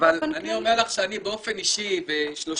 אבל אני אומר לך שאני באופן אישי ו-30